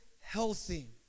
healthy